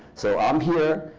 so i'm here,